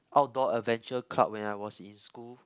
outdoor adventure club when I was in school